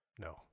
No